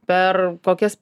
per kokias